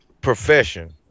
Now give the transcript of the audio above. profession